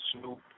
Snoop